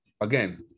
again